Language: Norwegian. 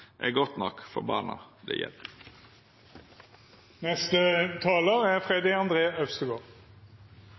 er godt nok for borna det